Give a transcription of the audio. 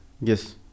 yes